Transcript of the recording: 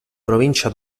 provincia